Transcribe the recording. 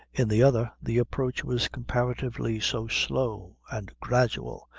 in the other, the approach was comparatively so slow and gradual,